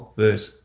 verse